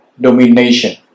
domination